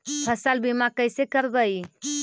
फसल बीमा कैसे करबइ?